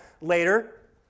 later